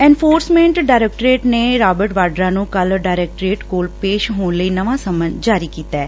enforcement directorate ਨੇ Robert Vadra ਨੂੰ ਕੱਲ੍ ਡਾਇਰੈਕਟੋਰੇਟ ਕੋਲ ਪੇਸ਼ ਹੋਣ ਲਈ ਫਿਰ ਤੋਂ ਸੰਮਨ ਜਾਰੀ ਕੀਤੈ